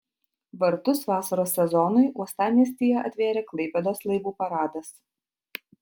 vartus vasaros sezonui uostamiestyje atvėrė klaipėdos laivų paradas